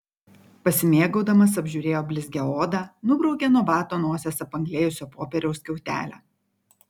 pasimėgaudamas apžiūrėjo blizgią odą nubraukė nuo bato nosies apanglėjusio popieriaus skiautelę